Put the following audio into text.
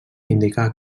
indicar